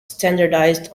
standardized